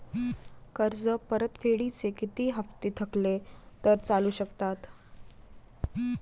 कर्ज परतफेडीचे किती हप्ते थकले तर चालू शकतात?